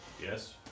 yes